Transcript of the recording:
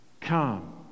come